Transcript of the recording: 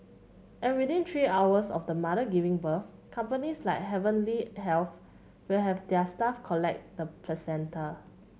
and within three hours of the mother giving birth companies like Heavenly Health will have their staff collect the placenta